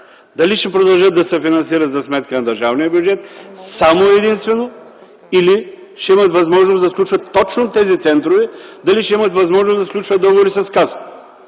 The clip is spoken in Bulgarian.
дали ще продължат да се финансират за сметка на държавния бюджет само и единствено, или ще имат възможност да сключват точно тези центрове, дали ще имат възможност да сключват договори с